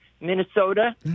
Minnesota